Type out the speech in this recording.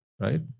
right